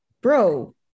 bro